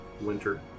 winter